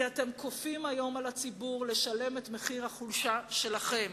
כי אתם כופים היום על הציבור לשלם את מחיר החולשה שלכם.